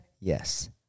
yes